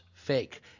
fake